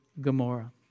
Gomorrah